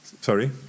Sorry